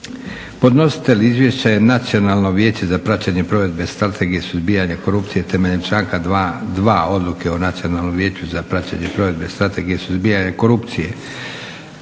se Izvješće o radu Nacionalnog vijeća za praćenje provedbe Strategije suzbijanja korupcije